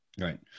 Right